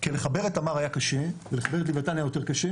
כי לחבר את תמר היה קשה ולחבר את לוויתן היה יותר קשה